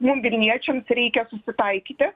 mum vilniečiams reikia susitaikyti